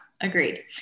Agreed